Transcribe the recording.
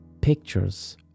pictures